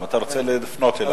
אם אתה רוצה לפנות אליו.